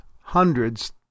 hundreds